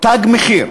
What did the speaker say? "תג מחיר",